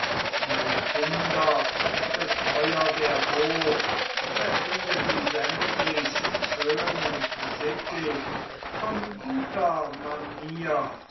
meine kinder beteuert er hoch er finde sie sämtlich schön und sittig von guter manier